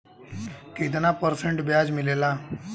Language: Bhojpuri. कितना परसेंट ब्याज मिलेला?